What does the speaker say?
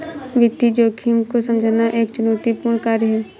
वित्तीय जोखिम को समझना एक चुनौतीपूर्ण कार्य है